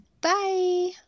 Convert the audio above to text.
Bye